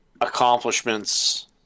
accomplishments